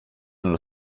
nello